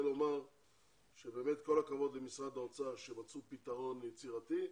לומר באמת כל הכבוד למשרד האוצר שמצאו פתרון יצירתי,